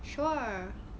sure